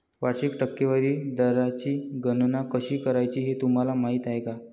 वार्षिक टक्केवारी दराची गणना कशी करायची हे तुम्हाला माहिती आहे का?